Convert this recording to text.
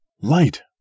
Light